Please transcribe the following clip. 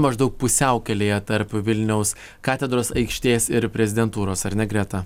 maždaug pusiaukelėje tarp vilniaus katedros aikštės ir prezidentūros ar ne greta